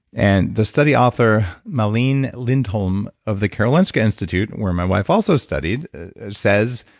and the study author, malene lindholm of the karolinska institute where my wife also studied says,